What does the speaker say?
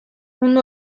mundu